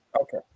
okay